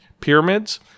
pyramids